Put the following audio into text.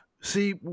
See